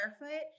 barefoot